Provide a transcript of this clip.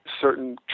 certain